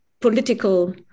political